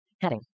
heading